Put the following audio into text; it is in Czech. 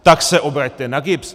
Tak se obraťte na GIBS.